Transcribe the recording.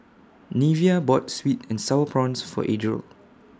Neveah bought Sweet and Sour Prawns For Adriel